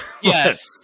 Yes